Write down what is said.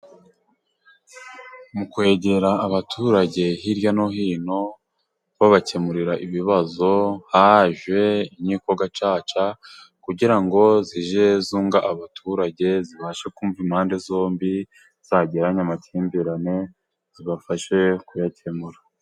Mu kwegera abaturage hirya no hino babakemurira ibibazo haje inkiko gacaca kugira ngo zijye zunga abaturage, zibashe kumva impande zombi zagiranye amakimbirane zibafashe kuyakemura.